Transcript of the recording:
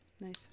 Nice